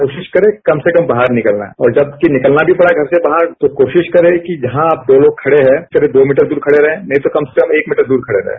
कोशिश करें कम से कम बाहर निकलना है और जबकि निकलना भी पड़ा घर से बाहर तो कोशिश करे कि जहां आप दो लोग खड़े हैं करीब दो मीटर दूर खड़े रहें नही तो कम से कम एक मीटर दूर खड़े रहें